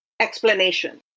explanation